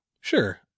Sure